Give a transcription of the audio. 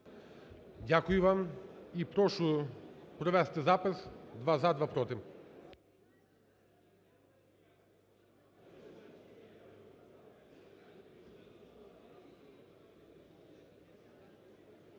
Дякую вам. І прошу провести запис: два – за, два – проти.